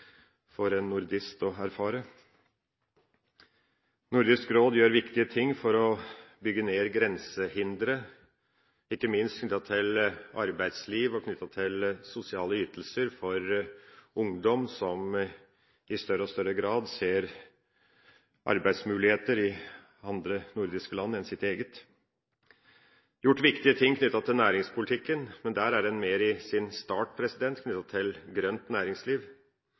for en nordist å erfare. Nordisk Råd gjør viktige ting for å bygge ned grensehindre, ikke minst knyttet til arbeidsliv og sosiale ytelser for ungdom, som i større og større grad ser arbeidsmuligheter i andre nordiske land enn sitt eget. Nordisk Råd har også gjort viktige ting innenfor næringspolitikken, men der er det mer i sin start, knyttet til grønt næringsliv.